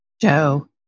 Joe